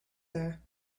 there